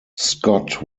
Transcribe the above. scott